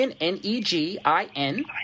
N-E-G-I-N